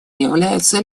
являются